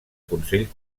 consell